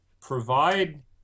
provide